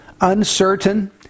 uncertain